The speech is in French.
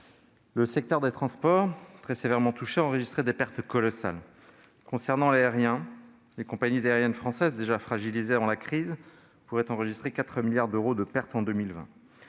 Le secteur des transports, très sévèrement touché, a enregistré des pertes colossales. Concernant l'aérien, les compagnies aériennes françaises, déjà fragilisées avant la crise, pourraient enregistrer 4 milliards d'euros de pertes en 2020.